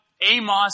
Amos